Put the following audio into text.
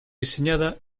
diseñada